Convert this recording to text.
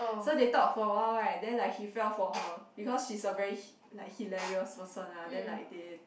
so they talk for awhile right then like he fell for her because she's a very hi~ like hilarious person ah then like they